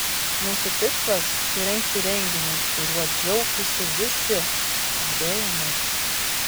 mūsų tikslas surengti renginį kuriuo džiaugtųsi visi kalbėjo meras